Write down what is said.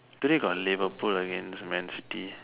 today got Liverpool against man-city